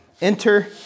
Enter